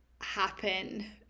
happen